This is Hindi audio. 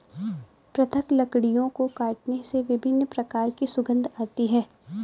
पृथक लकड़ियों को काटने से विभिन्न प्रकार की सुगंध आती है